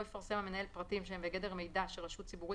לא יפרסם המנהל פרטים שהם בגדר מידע שרשות ציבורית